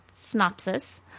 synopsis